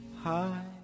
high